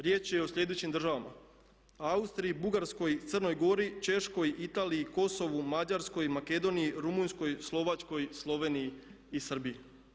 Riječ je o sljedećim državama: Austriji, Bugarskoj, Crnoj Gori, Češkoj, Italiji, Kosovu, Mađarskoj, Makedoniji, Rumunjskoj, Slovačkoj, Sloveniji i Srbiji.